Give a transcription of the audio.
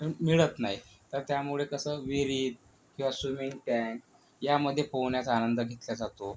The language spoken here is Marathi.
मिळत नाही तर त्यामुळे कसं विहिरीत किंवा स्विमिंग टँक यामध्ये पोहण्याचा आनंद घेतला जातो